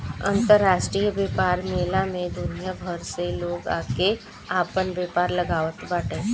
अंतरराष्ट्रीय व्यापार मेला में दुनिया भर से लोग आके आपन व्यापार लगावत बाटे